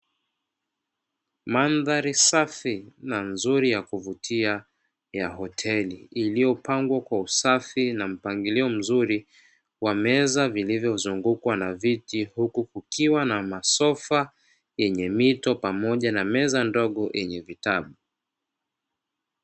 Mandhari safi na nzuri ya kuvutia ya hoteli, iliyopangwa kwa usafi na mpangilio mzuri wa meza zilizozungukwa na viti huku kukiwa na masofa yenye mito pamoja na meza ndogo yenye vitabu.